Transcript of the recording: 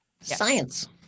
Science